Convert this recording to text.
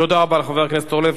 תודה רבה לחבר הכנסת אורלב.